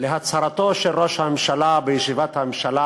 להצהרתו של ראש הממשלה בישיבת הממשלה